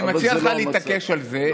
אז אני מציע לך להתעקש על זה.